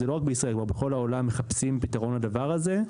בישראל, בכל העולם מחפשים פתרון לזה.